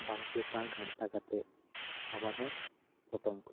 ᱵᱟᱨᱯᱮ ᱯᱟᱠ ᱜᱷᱟᱱᱴᱟ ᱠᱟᱛᱮᱫ ᱟᱵᱟᱨ ᱦᱚᱸᱧ ᱯᱚᱴᱚᱢ ᱠᱟᱜᱼᱟ